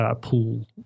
pool